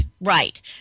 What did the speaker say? right